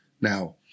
Now